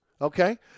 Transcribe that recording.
okay